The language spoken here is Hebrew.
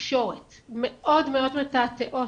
והתקשורת מאוד מאוד מתעתעות,